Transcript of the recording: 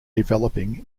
developing